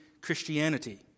Christianity